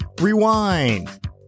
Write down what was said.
Rewind